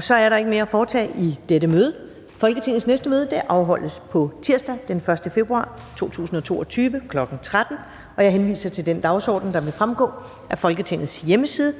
Så er der ikke mere at foretage i dette møde. Folketingets næste møde afholdes på tirsdag, den 1. februar 2022, kl. 13.00. Jeg henviser til den dagsorden, der vil fremgå af Folketingets hjemmeside.